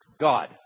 God